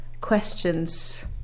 questions